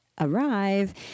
arrive